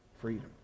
freedom